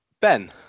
ben